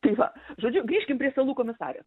tai va žodžiu grįžkim prie salų komisarės